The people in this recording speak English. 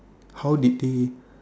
how did they